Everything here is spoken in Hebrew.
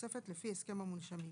תוספת לפי הסכם המונשמים)